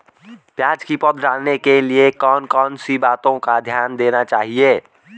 प्याज़ की पौध डालने के लिए कौन कौन सी बातों का ध्यान देना चाहिए?